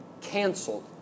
canceled